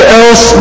else